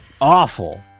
awful